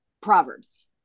Proverbs